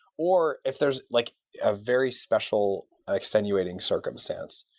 or if there's like a very special extenuating circumstance.